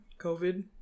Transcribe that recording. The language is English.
COVID